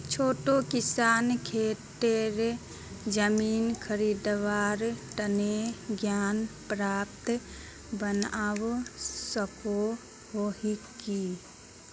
छोटो किसान खेतीर जमीन खरीदवार तने ऋण पात्र बनवा सको हो कि?